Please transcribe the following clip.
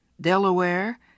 Delaware